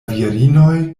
virinoj